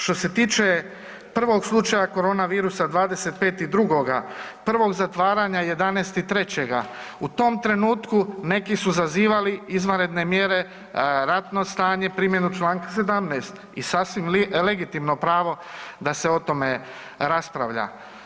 Što se tiče 1. slučaja korona virusa 25.02., prvog zatvaranja 11.03. u tom trenutku neki su zazivali izvanredne mjere, ratno stanje, primjenu članka 17. i sasvim legitimno pravo da se o tome raspravlja.